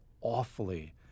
awfully